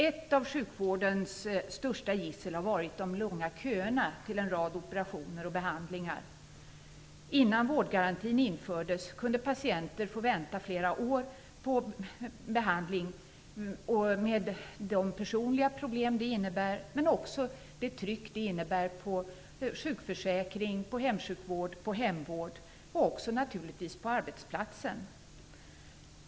Ett av sjukvårdens största gissel har varit de långa köerna till en rad operationer och behandlingar. Innan vårdgarantin infördes kunde patienter få vänta flera år på behandling, med såväl de personliga problem detta innebär som det tryck det innebär på sjukförsäkring, hemsjukvård och hemvård samt naturligtvis även på arbetsplatsen.